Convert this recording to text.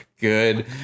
good